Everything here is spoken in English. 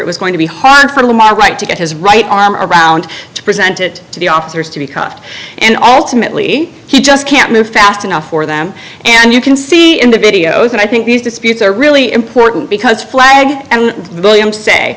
it was going to be hard for them i like to get his right arm around to present it to the officers to be cuffed and ultimately he just can't move fast enough for them and you can see in the videos and i think these disputes are really important because flag and william say